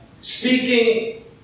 speaking